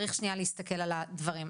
צריך שנייה להסתכל על הדברים.